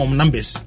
numbers